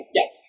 yes